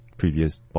previous